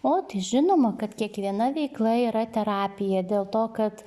o tai žinoma kad kiekviena veikla yra terapija dėl to kad